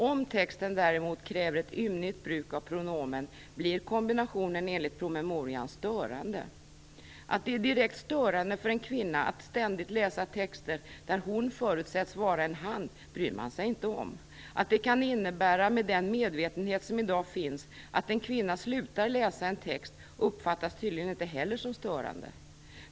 Om texten däremot kräver ett ymnigt bruk av pronomen blir kombinationen enligt promemorian störande. Att det är direkt störande för en kvinna att ständigt läsa texter där hon förutsätts vara en han bryr man sig inte om. Att det, med den medvetenhet som i dag finns, kan innebära att en kvinna slutar läsa en text uppfattas tydligen inte heller som störande.